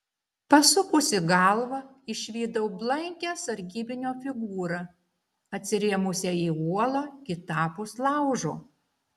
pasukusi galvą išvydau blankią sargybinio figūrą atsirėmusią į uolą kitapus laužo